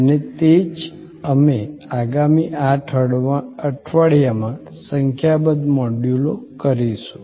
અને તે જ અમે આગામી 8 અઠવાડિયામાં સંખ્યાબંધ મોડ્યુલો કરીશું